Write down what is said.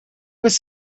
was